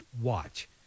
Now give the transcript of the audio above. watch